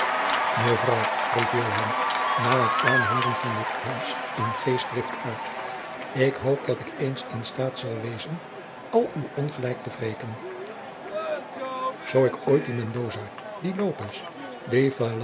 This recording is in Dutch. mevrouw riep joan na het aanhooren van dit alles in geestdrift uit ik hoop dat ik eens in staat zal wezen al uw ongelijk te wreken jacob van lennep de pleegzoon zoo ik ooit dien mendoza dien lopez dien